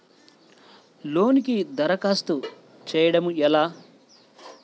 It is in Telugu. లోనుకి దరఖాస్తు చేయడము ఎలా?